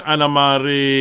Anamari